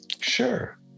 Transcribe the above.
Sure